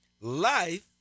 Life